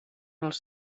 els